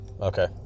Okay